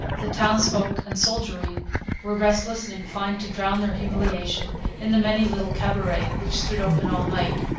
the townsfolk and soldiery were restless and inclined to drown their humiliation in the many little cabarets, which stood open all night.